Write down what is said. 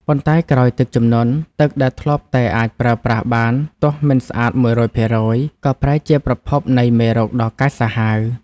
ប៉ុន្តែក្រោយទឹកជំនន់ ទឹកដែលធ្លាប់តែអាចប្រើប្រាស់បានទោះមិនស្អាត ១០០% ក៏ប្រែជាប្រភពនៃមេរោគដ៏កាចសាហាវ។